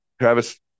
Travis